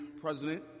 President